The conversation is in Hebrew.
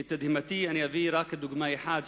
את תדהמתי אביא רק דוגמה אחת,